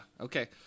Okay